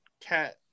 Cat